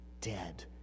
dead